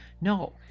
no